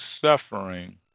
suffering